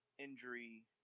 injury